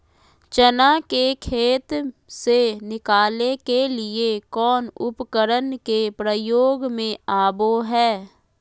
चना के खेत से निकाले के लिए कौन उपकरण के प्रयोग में आबो है?